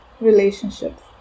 relationships